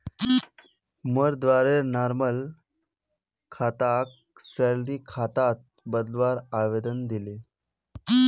मोर द्वारे नॉर्मल खाताक सैलरी खातात बदलवार आवेदन दिले